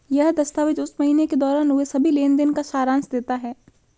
यह दस्तावेज़ उस महीने के दौरान हुए सभी लेन देन का सारांश देता है